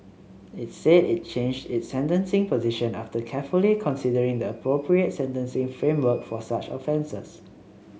it said it changed its sentencing position after carefully considering the appropriate sentencing framework for such offences